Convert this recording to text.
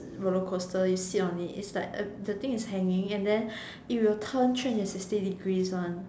roller coaster you seat on it it's like the thing is hanging and then it will turn three hundred sixty degrees one